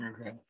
Okay